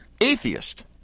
atheist